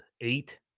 eight